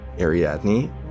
Ariadne